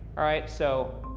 all right, so.